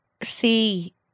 see